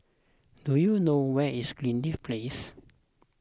do you know where is Greenleaf Place